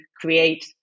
create